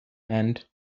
and